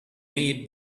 made